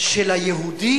של היהודי